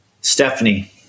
Stephanie